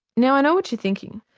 now i know what you're thinking,